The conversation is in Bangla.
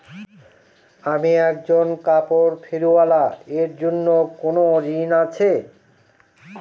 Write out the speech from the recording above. আমি একজন কাপড় ফেরীওয়ালা এর জন্য কোনো ঋণ আছে?